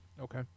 Okay